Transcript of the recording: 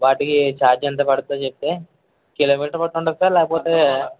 వాటికి ఛార్జ్ ఎంత పడద్దో చెప్తే కిలోమీటర్ బట్టి ఉంటదా సార్ లేకపోతే